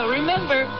remember